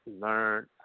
learn